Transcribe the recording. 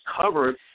covered